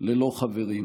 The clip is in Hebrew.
ללא חברים.